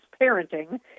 parenting